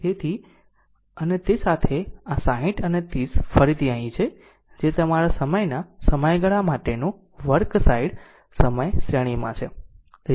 તેથી અને તે સાથે આ 60 અને 30 ફરીથી અહીં છે જે તમારા સમયના સમયગાળા માટેનું વર્ક સાઇડ સમય શ્રેણીમાં છે